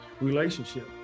relationship